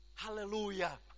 Hallelujah